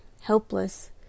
helpless